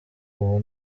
ubu